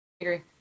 Agree